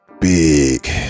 big